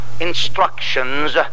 instructions